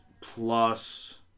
plus